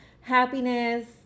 happiness